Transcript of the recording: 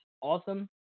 awesome